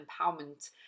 empowerment